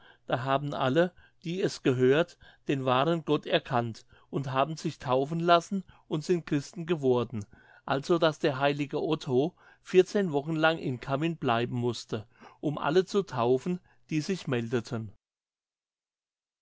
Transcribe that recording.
da haben alle die es gehört den wahren gott erkannt und haben sich taufen lassen und sind christen geworden also daß der heilige otto vierzehn wochen lang in cammin bleiben mußte um alle zu taufen die sich meldeten